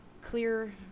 clear